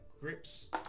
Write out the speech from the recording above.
grips